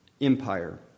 Empire